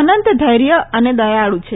અનંત ઘૈર્ય ને દયાળુ છે